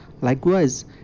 Likewise